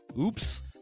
Oops